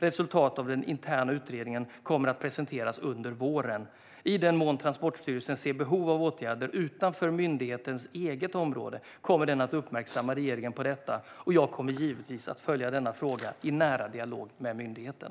Resultat av den interna utredningen kommer att presenteras under våren. I den mån Transportstyrelsen ser behov av åtgärder utanför myndighetens eget område kommer den att uppmärksamma regeringen på detta. Jag kommer givetvis att följa denna fråga i nära dialog med myndigheten.